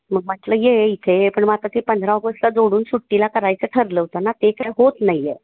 मग म्हटलं ये इथे पण मग आता ते पंधरा ऑगसला जोडून सुट्टीला करायचं ठरलं होतं ना ते काय होत नाही आहे